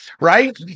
Right